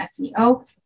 SEO